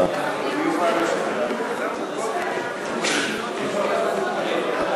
מסדר-היום של הכנסת נתקבלה.